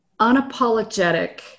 unapologetic